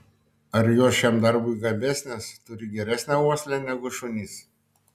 ar jos šiam darbui gabesnės turi geresnę uoslę negu šunys